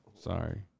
sorry